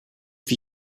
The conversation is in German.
wie